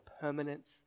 permanence